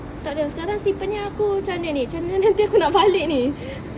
takda sekarang slipper ni aku macam mana ni macam mana nanti aku nak balik ni